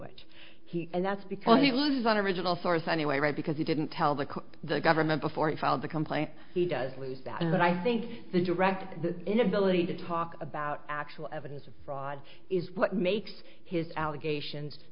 it he and that's because he loses on original source anyway right because he didn't tell the court the government before he filed the complaint he does lose that but i think the direct inability to talk about actual evidence of fraud is what makes his allegations